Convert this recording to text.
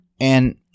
And-